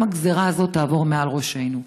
גם הגזרה הזאת תעבור מעל ראשינו.